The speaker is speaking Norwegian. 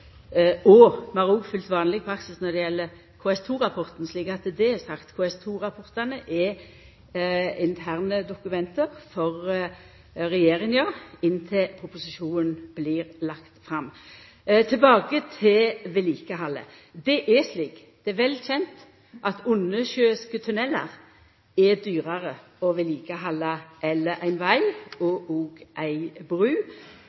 når me òg diskuterer OPS-prosjekt. Vi har følgt vanleg praksis når det gjeld det som blir omtala i proposisjonen. Vi har òg følgt vanleg praksis når det gjeld KS2-rapporten. Så er det sagt. KS2-rapportane er interne dokument for regjeringa inntil proposisjonen blir lagd fram. Tilbake til vedlikehaldet. Det er vel kjent at undersjøiske tunnelar er dyrare å halda